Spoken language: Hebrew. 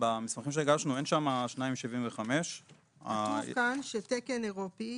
במסמכים שהגשנו אין שם 2.75. כתוב כאן שתקן אירופי